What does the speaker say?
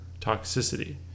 toxicity